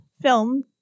film